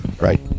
Right